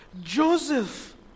Joseph